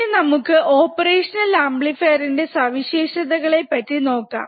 ഇനി നമുക്ക് ഓപ്പറേഷണൽ ആംപ്ലിഫയറന്റെ സവിശേഷതകളെ പറ്റി നോക്കാം